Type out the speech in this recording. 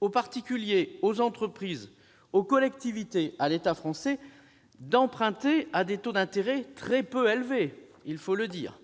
aux particuliers, aux entreprises, aux collectivités et à l'État français d'emprunter à des taux d'intérêt très peu élevés, il faut le dire.